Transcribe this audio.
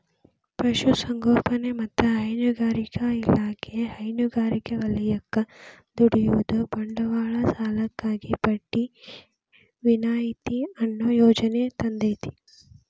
ಪಶುಸಂಗೋಪನೆ ಮತ್ತ ಹೈನುಗಾರಿಕಾ ಇಲಾಖೆ ಹೈನುಗಾರಿಕೆ ವಲಯಕ್ಕ ದುಡಿಯುವ ಬಂಡವಾಳ ಸಾಲಕ್ಕಾಗಿ ಬಡ್ಡಿ ವಿನಾಯಿತಿ ಅನ್ನೋ ಯೋಜನೆ ತಂದೇತಿ